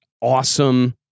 awesome